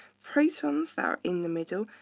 protons that are in the middle,